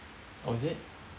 oh is it